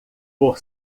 por